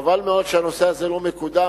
וחבל מאוד שהנושא הזה לא מקודם.